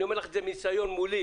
אני אומר את זה מניסיון מולי,